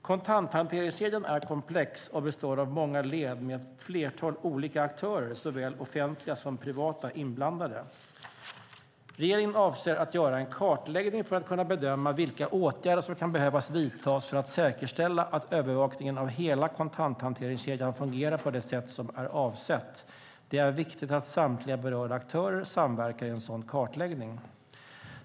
Kontanthanteringskedjan är komplex och består av många led med ett flertal olika aktörer, såväl offentliga som privata, inblandade. Regeringen avser att göra en kartläggning för att kunna bedöma vilka åtgärder som kan behöva vidtas för att säkerställa att övervakningen av hela kontanthanteringskedjan fungerar på det sätt som är avsett. Det är viktigt att samtliga berörda aktörer samverkar i en sådan kartläggning.